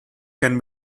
can